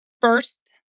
first